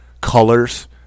colors